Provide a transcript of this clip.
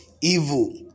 evil